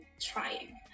trying